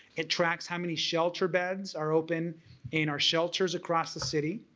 it tracks how many shelter beds are open in our shelters across the city,